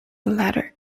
latter